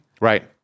Right